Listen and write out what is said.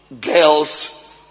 girls